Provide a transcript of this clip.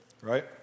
Right